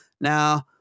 Now